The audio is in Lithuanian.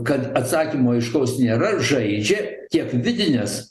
kad atsakymo aiškaus nėra žaidžia tiek vidinės